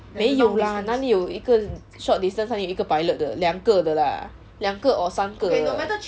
没有啦哪里有一个 short distance 哪里有一个 pilot 的两个的啦两个 or 三个的